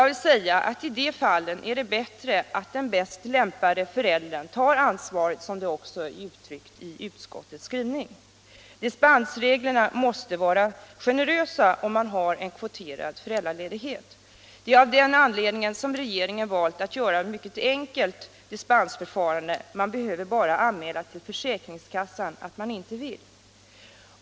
I de fallen är det bättre att den bäst lämpade föräldern tar ansvaret, som det också är uttryckt i utskottets skrivning. Dispensreglerna måste vara generösa, om man har en kvoterad föräldraledighet. Det är av den anledningen regeringen valt att göra ett mycket enkelt dispensförfarande — man behöver bara anmäla till försäkringskassan att man inte vill.